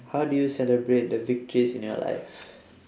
how do you celebrate the victories in your life